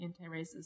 anti-racist